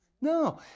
No